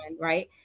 right